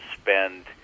spend